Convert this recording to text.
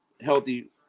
Healthy